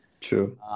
true